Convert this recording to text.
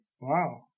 wow